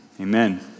Amen